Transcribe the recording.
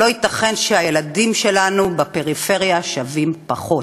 לא ייתכן שהילדים שלנו בפריפריה שווים פחות.